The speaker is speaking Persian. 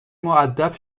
مودب